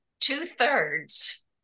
two-thirds